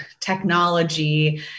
technology